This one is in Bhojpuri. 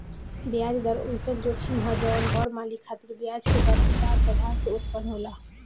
ब्याज दर ओइसन जोखिम ह जवन बड़ मालिक खातिर ब्याज दर के उतार चढ़ाव से उत्पन्न होला